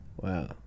wow